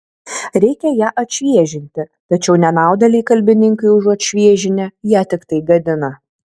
reikia ją atšviežinti tačiau nenaudėliai kalbininkai užuot šviežinę ją tiktai gadina